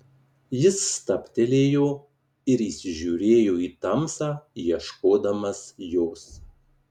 jis stabtelėjo ir įsižiūrėjo į tamsą ieškodamas jos